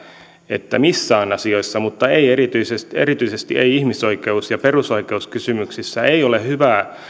että missään asioissa mutta erityisesti erityisesti ihmisoikeus ja perusoikeuskysymyksissä ei ole hyvää